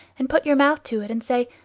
and put your mouth to it, and say,